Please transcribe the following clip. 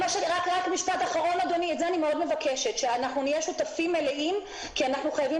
אני מבקשת שנהיה שותפים מלאים כי אנחנו חייבים